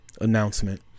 announcement